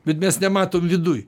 bet mes nematom viduj